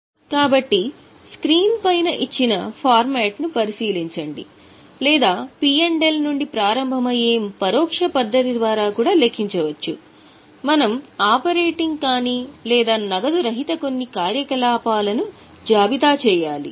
కాబట్టి స్క్రీన్ పైన ఇచ్చిన ఈ ఫార్మాట్ ను పరిశీలించండి లేదా పి ఎల్ నుండి ప్రారంభమయ్యే పరోక్ష పద్ధతి ద్వారా కూడా లెక్కించవచ్చు మనము ఆపరేటింగ్ కాని లేదా నగదు రహిత కొన్ని కార్యకలాపాలను జాబితా చేయాలి